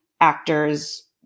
actors